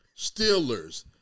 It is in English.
Steelers